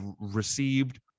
received